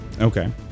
Okay